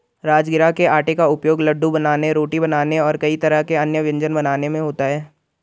राजगिरा के आटे का उपयोग लड्डू बनाने रोटी बनाने और कई तरह के अन्य व्यंजन बनाने में होता है